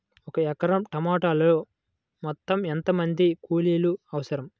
ఒక ఎకరా టమాటలో మొత్తం ఎంత మంది కూలీలు అవసరం?